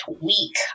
week